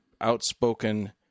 outspoken